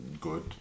good